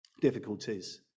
difficulties